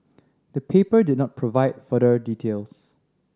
the paper did not provide further details